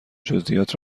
جزییات